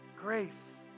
grace